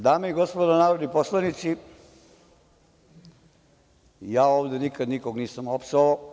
Dame i gospodo narodni poslanici, ja ovde nikad nikog nisam opsovao.